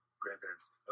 grandparents